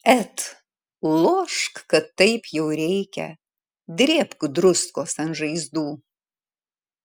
et lošk kad taip jau reikia drėbk druskos ant žaizdų